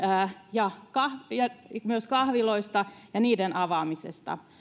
ja kahviloista ja niiden avaamisesta